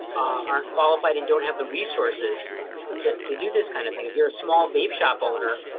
aren't qualified, and don't have the resources to do this kind of thing. if you're a small vape shop owner,